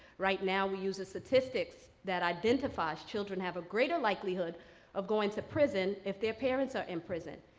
right now we use the statistics that identifies children have a greater likelihood of going to prison if their parents are in prison.